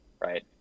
Right